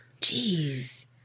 Jeez